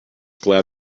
glad